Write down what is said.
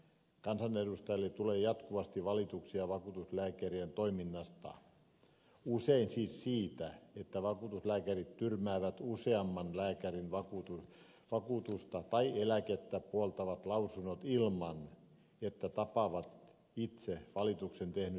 kansanedustajille tulee jatkuvasti valituksia vakuutuslääkärien toiminnasta usein siis siitä että vakuutuslääkärit tyrmäävät useamman lääkärin vakuutusta tai eläkettä puoltavat lausunnot ilman että tapaavat itse valituksen tehnyttä henkilöä